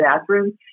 bathroom